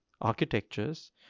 architectures